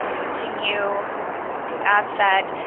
continue new ad set.